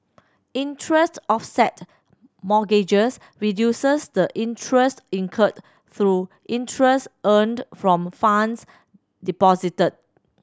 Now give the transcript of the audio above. interest offset mortgages reduces the interest incurred through interest earned from funds deposited